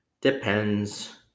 Depends